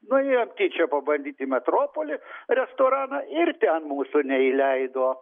nuėjom tyčia pabandyt į metropolį restoraną ir ten mūsų neįleido